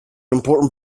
important